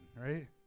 right